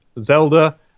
Zelda